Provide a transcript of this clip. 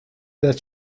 that